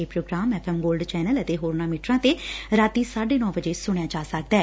ਇਹ programme F gold channel ਅਤੇ ਹੋਰਨਾਂ ਮੀਟਰਾਂ ਤੇ ਰਾਤੀ ਸਾਢੇ ਨੌ ਵਜੇ ਸੁਣਿਆ ਜਾ ਸਕਦੈ